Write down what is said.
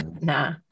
Nah